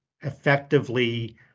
effectively